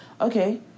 Okay